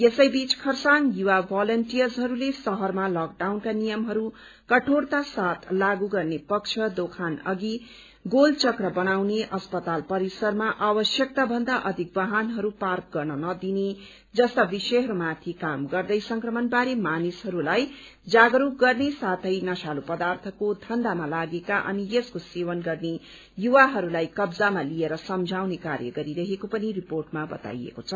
यसै बीच खरसाङ युवा भोलिन्टयर्सहरूले शहरमा लकडाउनका नियमहरू कठोरता साथ लागू गर्ने पक्ष दोकान अघि गोल चक्र बनाउने अस्पताल परिसरमा आवश्यकता भन्दा अधिक वाहनहरू पार्क गर्न नदिने जस्ता विषयहरू माथि काम गर्दै संक्रमण बारे मानिसहरूलाई जागरूक गर्ने साथै नशालु पर्दाथको धन्धामा लागेका अनि यसको सेवन गर्ने युवाहरूलाई कब्जामा लिएर सम्झाउने कार्य गरिरहेको पनि रिपोर्टमा बताइएको छ